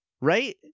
Right